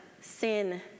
sin